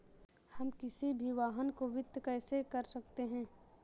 हम किसी भी वाहन को वित्त कैसे कर सकते हैं?